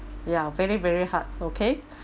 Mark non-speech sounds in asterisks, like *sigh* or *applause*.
ya very very hard okay *breath*